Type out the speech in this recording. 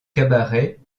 cabaret